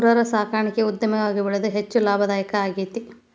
ಕುರರ ಸಾಕಾಣಿಕೆ ಉದ್ಯಮವಾಗಿ ಬೆಳದು ಹೆಚ್ಚ ಲಾಭದಾಯಕಾ ಆಗೇತಿ